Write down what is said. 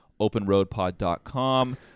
openroadpod.com